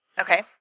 Okay